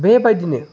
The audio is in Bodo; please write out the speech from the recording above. बेबायदिनो